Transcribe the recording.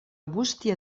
bústia